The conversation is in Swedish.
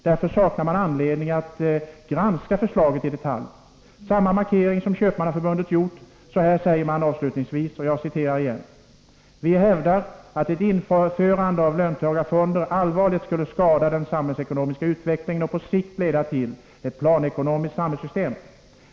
Därför saknar man anledning att granska förslaget i detalj. Det är samma markering som Köpmannaförbundet har gjort. Så här säger Grossistförbundet avslutningsvis: ”Vi hävdar att ett införande av löntagarfonder allvarligt skulle skada den samhällsekonomiska utvecklingen och på sikt leda till ett planekonomiskt samhällssystem.